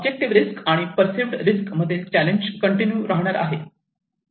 objective risk आणि perceived risk मधील challenge continue राहणार आहे